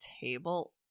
table